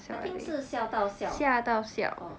I think 是笑到笑 orh